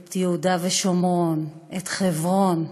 את יהודה ושומרון, את חברון,